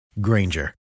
Granger